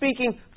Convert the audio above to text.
speaking